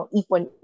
ipon